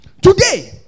Today